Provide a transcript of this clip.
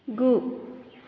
गु